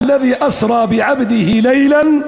(אומר בשפה הערבית: "ישתבח שמו של המסיע את עבדו בלילה מן